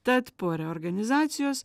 tad po reorganizacijos